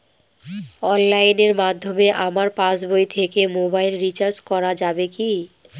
অনলাইনের মাধ্যমে আমার পাসবই থেকে মোবাইল রিচার্জ করা যাবে কি?